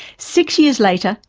six years later,